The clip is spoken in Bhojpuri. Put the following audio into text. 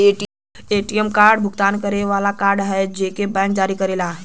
ए.टी.एम कार्ड एक भुगतान करे वाला कार्ड हौ जेके बैंक जारी करेला